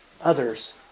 others